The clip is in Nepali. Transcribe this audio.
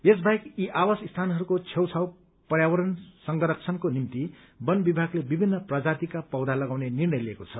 यस बाहेक यी आवास स्थानहरूको छेउ छाउ पर्यावरण संरक्षणको निम्ति वन विभागले विभिन्न प्रजातिका पौथा लगाउने निर्णय लिएको छ